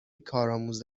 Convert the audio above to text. کارآموز